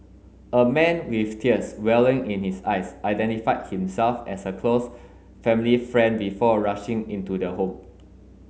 a man with tears welling in his eyes identified himself as a close family friend before rushing into the home